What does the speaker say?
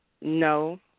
no